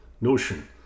notion